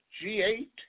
G8